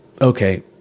Okay